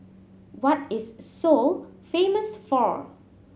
what is Seoul famous for